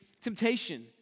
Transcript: temptation